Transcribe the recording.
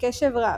בקשב רב,